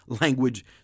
language